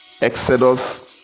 exodus